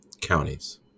counties